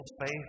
faith